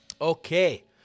Okay